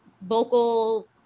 vocal